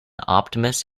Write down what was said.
optimist